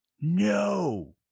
No